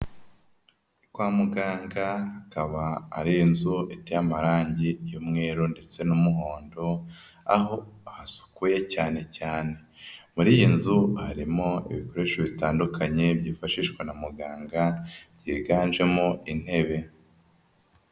Kwa muganga, akaba ari inzu iteye amarangi y'umweru ndetse n'umuhondo, aho hasukuye cyane cyane. Muri iyi nzu harimo ibikoresho bitandukanye byifashishwa na muganga ,byiganjemo intebe.